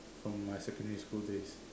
from my secondary school days